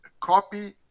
copy